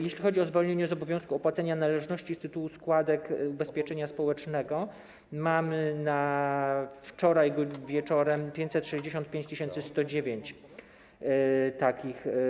Jeśli chodzi o zwolnienie z obowiązku opłacenia należności z tytułu składek ubezpieczenia społecznego, mamy na wczoraj wieczorem 565 109 takich wniosków.